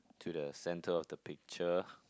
to the center of the picture